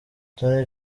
tonny